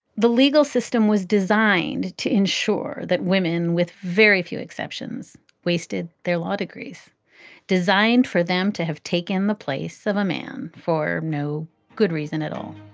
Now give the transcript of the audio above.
the legal system was designed to ensure that women, with very few exceptions, wasted their law degrees designed for them to have taken the place of a man for no good reason at all